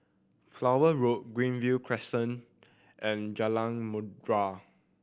Flower Road Greenview Crescent and Jalan Merdu